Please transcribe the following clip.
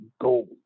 gold